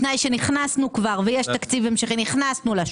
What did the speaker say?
בתנאי שנכנסנו כבר לשנה,